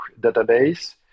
database